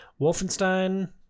Wolfenstein